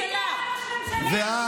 מי היה ראש הממשלה?